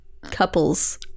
couples